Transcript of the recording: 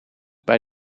bij